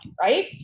right